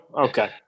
okay